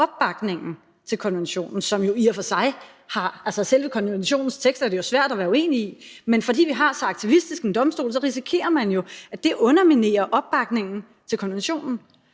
opbakningen til konventionen, så tror jeg, vi vil stå et andet sted. Konventionens tekst er det jo svært at være uenig i, men fordi vi har så aktivistisk en domstol, risikerer man jo, at det underminerer opbakningen til konventionen.